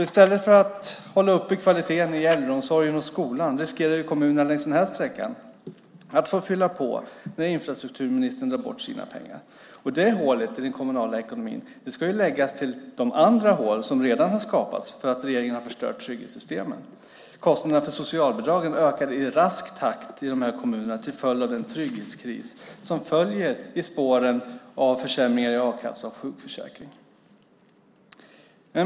I stället för att kunna hålla uppe kvaliteten i äldreomsorgen och skolan riskerar kommunerna längs den här sträckan att få fylla på när infrastrukturministern drar bort sina pengar. Det hålet i den kommunala ekonomin ska läggas till de andra hål som redan har skapats för att regeringen har förstört trygghetssystemen. Kostnaderna för socialbidragen ökar i rask takt i de här kommunerna till följd av den trygghetskris som följer i spåren av försämringar i a-kassa och sjukförsäkring.